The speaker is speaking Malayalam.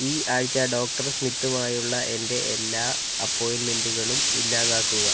ഈ ആഴ്ച ഡോക്ടർ സ്മിത്തുമായുള്ള എൻ്റെ എല്ലാ അപ്പോയിൻമെൻ്റുകളും ഇല്ലാതാക്കുക